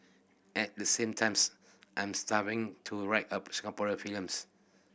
at the same times I'm starting to write a Singaporean films